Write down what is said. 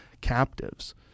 captives